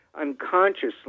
unconsciously